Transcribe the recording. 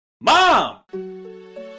Mom